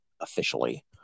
officially